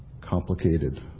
complicated